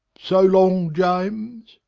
so long, james.